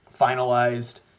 finalized